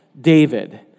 David